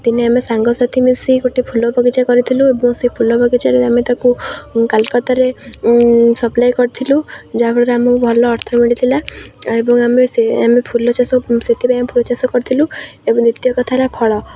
ଦିନେ ଆମେ ସାଙ୍ଗସାଥି ମିଶି ଗୋଟେ ଫୁଲ ବଗିଚା କରିଥିଲୁ ଏବଂ ସେଇ ଫୁଲ ବଗିଚାରେ ଆମେ ତାକୁ କଲିକତାରେ ସପ୍ଲାଏ କରିଥିଲୁ ଯାହାଫଳରେ ଆମକୁ ଭଲ ଅର୍ଥ ମିଳିଥିଲା ଏବଂ ଆମେ ସେ ଆମେ ଫୁଲ ଚାଷ ସେଥିପାଇଁ ଫୁଲ ଚାଷ କରିଥିଲୁ ଏବଂ ଦ୍ୱିତୀୟ କଥା ହେଲା ଫଳ